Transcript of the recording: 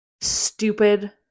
stupid